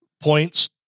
points